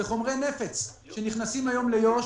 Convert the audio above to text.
זה חומרי נפץ שנכנסים היום ליו"ש,